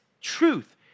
truth